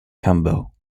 campbell